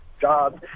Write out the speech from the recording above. jobs